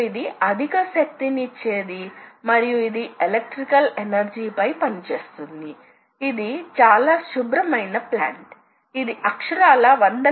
ఇది అతి చిన్నది మరియు దీనిని ప్రాథమిక పొడవు యూనిట్ లు అంటారు కాబట్టి ఇవన్నీ సాధారణంగా ప్రాథమిక పొడవు యూనిట్ పరంగా చెప్పవచ్చు